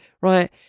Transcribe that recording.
Right